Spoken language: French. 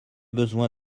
besoin